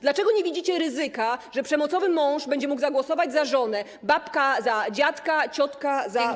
Dlaczego nie widzicie ryzyka, że przemocowy mąż będzie mógł zagłosować za żonę, babka za dziadka, ciotka za wujka?